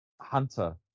Hunter